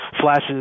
flashes